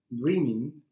dreaming